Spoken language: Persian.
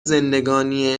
زندگانی